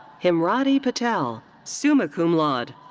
himadri patel, summa cum laude.